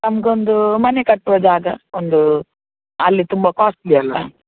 ನಮಗೊಂದು ಮನೆ ಕಟ್ಟುವ ಜಾಗ ಒಂದು ಅಲ್ಲಿ ತುಂಬ ಕಾಸ್ಟ್ಲಿ ಅಲ್ಲಾ